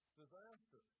disaster